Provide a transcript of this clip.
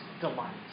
delight